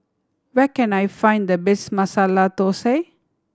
where can I find the best Masala Thosai